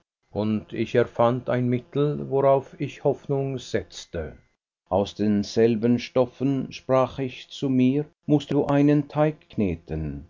und ich erfand ein mittel worauf ich hoffnung setzte aus denselben stoffen sprach ich zu mir mußt du einen teig kneten